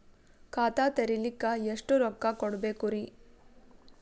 ಖಾತಾ ತೆರಿಲಿಕ ಎಷ್ಟು ರೊಕ್ಕಕೊಡ್ಬೇಕುರೀ?